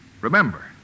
Remember